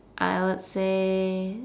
I would say